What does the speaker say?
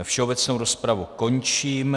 Všeobecnou rozpravu končím.